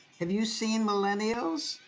have you seen millennials?